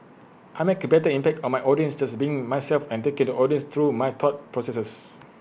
I make A better impact on my audience just by being myself and taking the audience through my thought processes